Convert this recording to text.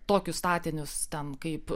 tokius statinius ten kaip